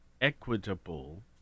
Equitable